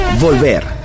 Volver